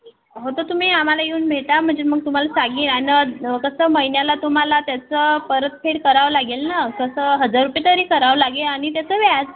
हो तर तुम्ही आम्हाला येऊन भेटा म्हणजे मग तुम्हाला सांगेन आणि कसं महिन्याला तुम्हाला त्याचं परतफेड करावं लागेल ना कसं हजार रुपये तरी करावं लागेल आणि त्याचं व्याज